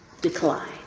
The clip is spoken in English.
decline